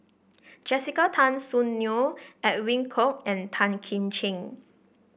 Jessica Tan Soon Neo Edwin Koek and Tan Kim Ching